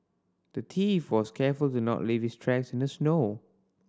the thief was careful to not leave his tracks in the snow